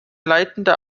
leitender